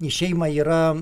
į šeimą yra